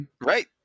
Right